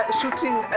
shooting